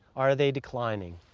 are they declining?